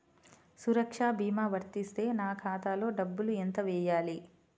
సురక్ష భీమా వర్తిస్తే నా ఖాతాలో డబ్బులు ఎంత వేయాలి?